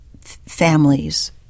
families